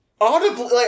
Audibly